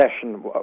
session